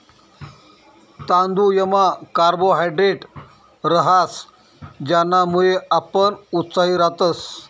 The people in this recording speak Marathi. तांदुयमा कार्बोहायड्रेट रहास ज्यानामुये आपण उत्साही रातस